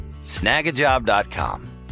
Snagajob.com